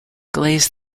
glaze